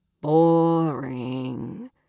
Boring